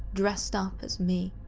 dressed up as me.